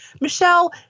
Michelle